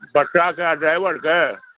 बच्चाकेॅं driver सॅं